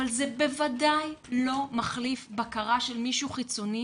אבל זה בוודאי לא מחליף בקרה של מישהו חיצוני